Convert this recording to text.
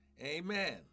Amen